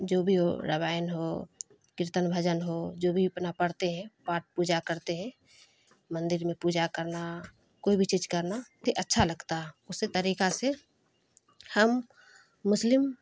جو بھی ہو رمائن ہو کیرتن بھجن ہو جو بھی اپنا پڑھتے ہیں پاٹ پوجا کرتے ہیں مندر میں پوجا کرنا کوئی بھی چیز کرنا تو یہ اچھا لگتا ہے اسی طریقہ سے ہم مسلم